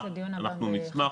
אנחנו נשמח,